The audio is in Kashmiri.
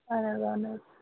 اَہَن حظ اَہَن حظ